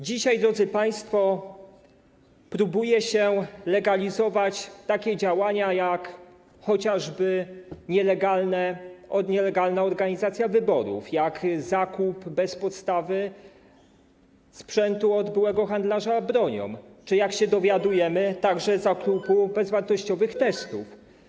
Dzisiaj, drodzy państwo, próbuje się legalizować takie działania, jak chociażby nielegalna organizacja wyborów, jak zakup bez podstawy sprzętu od byłego handlarza bronią czy, jak się dowiadujemy, także zakup bezwartościowych testów.